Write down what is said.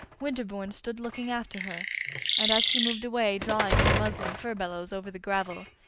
winterbourne stood looking after her and as she moved away, drawing her muslin furbelows over the gravel,